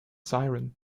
siren